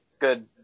good